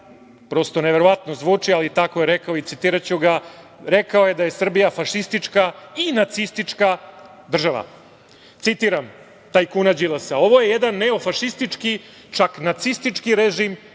prosto neverovatno zvuči ali tako je rekao i citiraću ga, rekao je da je Srbija fašistička i nacistička država. Citiram tajkuna Đilasa: „Ovo je jedan neofašistički, čak nacistički režim